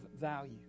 value